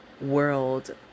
world